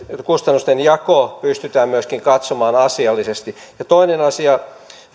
kustannusten jako pystytään myöskin katsomaan asiallisesti toinen asia